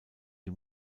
die